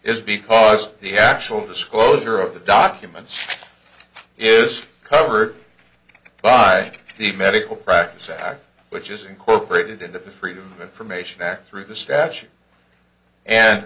is because the actual disclosure of the documents is covered by the medical practice act which is incorporated into the freedom of information act through the statute and